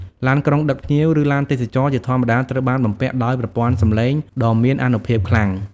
ឡានក្រុងដឹកភ្ញៀវ ឬឡានទេសចរណ៍ជាធម្មតាត្រូវបានបំពាក់ដោយប្រព័ន្ធសម្លេងដ៏មានអនុភាពខ្លាំង។